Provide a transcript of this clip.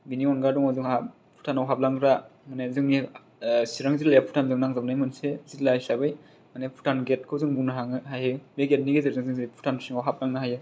बेनि अनगा दङ जोंहा भुटानाव हाबलांग्रा माने जोंनि चिरां जिलाया भुटानजों नांजाबनाय मोनसे जिल्ला हिसाबै माने भुटान गेटखौ जों बुंनो हागोन हायो बे गेटनि गेजेरजों जों भुटान सिङाव हाबलांनो हायो